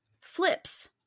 flips